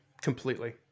completely